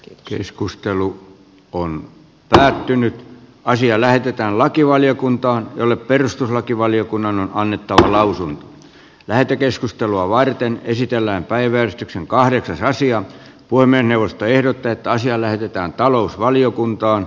keskustelu on päättynyt ja asia lähetetään lakivaliokuntaan jolle perustuslakivaliokunnan on onneton lausuman lähetekeskustelua varten esitellään päivystyksen kahdeksan raisio voimme puhemiesneuvosto ehdottaa että asia näytetään talousvaliokuntaan